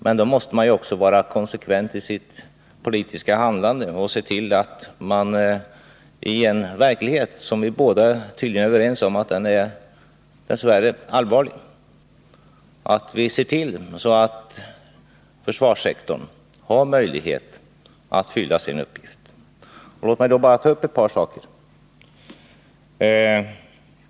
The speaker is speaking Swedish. Men då måste man också vara konsekvent i sitt politiska handlande och se till att försvarssektorn — i en verklighet som vi båda tydligen är överens om dess värre är allvarlig — får möjlighet att fylla sin uppgift. Låt mig peka på ett par saker.